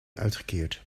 uitgekeerd